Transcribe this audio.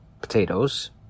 Potatoes